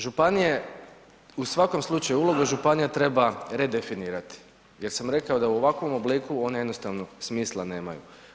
Županije, u svakom slučaju uloge županija treba redefinirati, jer sam rekao da u ovakvom obliku one jednostavno smisla nemaju.